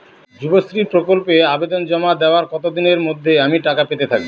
যুবশ্রী প্রকল্পে আবেদন জমা দেওয়ার কতদিনের মধ্যে আমি টাকা পেতে থাকব?